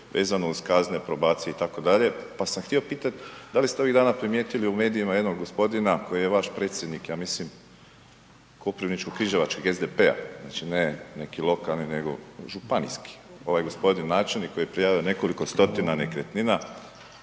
vezano uz kazne, probacije itd., pa sam htio pitat da li ste ovih dana primijetili u medijima jednog gospodina koji je vaš predsjednik, ja mislim Koprivničko-križevačkog SDP-a, znači ne neki lokalni nego županijski, ovaj gospodin načelnik koji je prijavio nekoliko stotina nekretnina,